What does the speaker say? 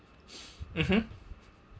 mmhmm